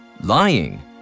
Lying